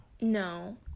No